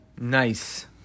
Nice